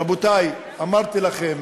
רבותי, אמרתי לכם,